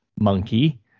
monkey